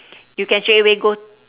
you can straight away go